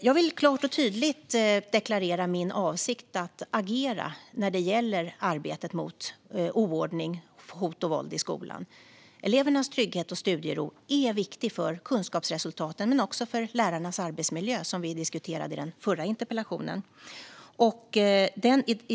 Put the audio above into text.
Jag vill klart och tydligt deklarera min avsikt att agera när det gäller arbetet mot oordning, hot och våld i skolan. Elevernas trygghet och studiero är viktig för kunskapsresultaten men också för lärarnas arbetsmiljö, som vi diskuterade i den förra interpellationsdebatten.